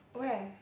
where